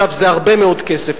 זה הרבה מאוד כסף.